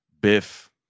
biff